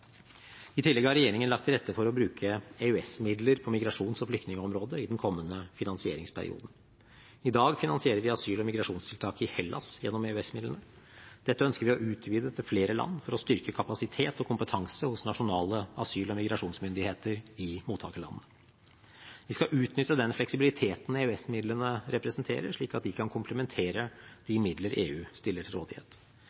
I tillegg har regjeringen lagt til rette for å bruke EØS-midler på migrasjons- og flyktningområdet i den kommende finansieringsperioden. I dag finansierer vi asyl- og migrasjonstiltak i Hellas gjennom EØS-midlene. Dette ønsker vi å utvide til flere land for å styrke kapasitet og kompetanse hos nasjonale asyl- og migrasjonsmyndigheter i mottakerlandene. Vi skal utnytte den fleksibiliteten EØS-midlene representerer, slik at de kan komplementere de midler EU stiller til rådighet.